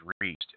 reached